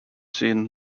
seen